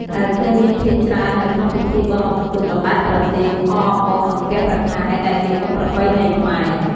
ដែលឃើញមានភាគច្រើននៅក្នុងពិធីបុណ្យអ៊ុំទូក បណ្តែតប្រទីប អក់អំបុកសំពះព្រះខែដែលជាបុណ្យប្រពៃណីខ្មែរ។